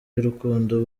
y’urukundo